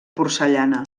porcellana